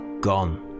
gone